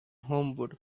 homewood